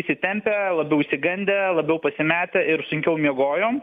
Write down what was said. įsitempę labiau išsigandę labiau pasimetę ir sunkiau miegojom